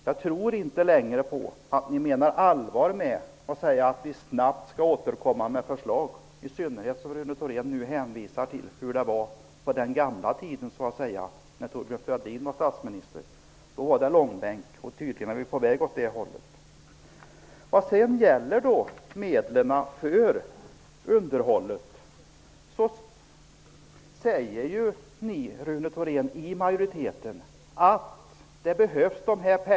Jag tror inte längre att ni menar allvar när ni säger att ni snabbt skall återkomma med förslag, i synnerhet som Rune Thorén nu hänvisade till den ''gamla tiden'' då Thorbjörn Fälldin var statsminister. Då var det långbänk som gällde, och tydligen är vi på väg åt det hållet igen. Ni i majoriteten säger att medel till underhåll behövs.